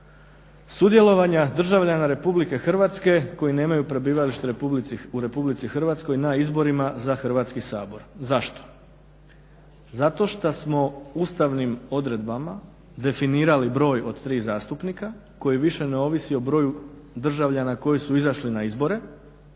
sudjelovanja državljana RH koji nemaju prebivalište u RH na izborima za Hrvatski sabor. Zašto? Zato što smo ustavnim odredbama definirali broj od tri zastupnika koji više ne ovisi o broju državljana koji su izašli na izbore